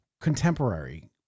contemporary